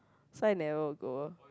so I never go